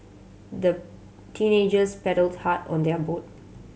the teenagers paddled hard on their boat